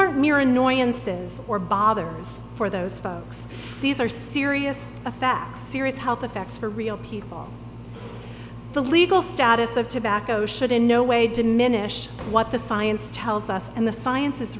mere annoyances or bothers for those folks these are serious of facts serious health effects for real people the legal status of tobacco should in no way diminish what the science tells us and the science